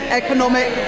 economic